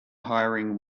hiring